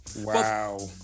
Wow